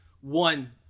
one